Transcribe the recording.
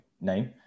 name